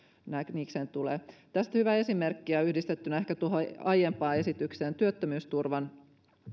niikseen tulee tästä hyvä esimerkki jonka nostin esiin yhdistettynä tuohon aiempaan esitykseen työttömyysturvan